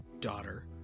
daughter